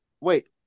wait